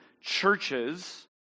churches